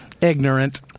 ignorant